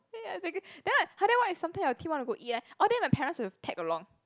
ya exactly then I !huh! then what if someday your team want to go eat leh orh then my parents will tag along